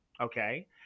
okay